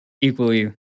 equally